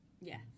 Yes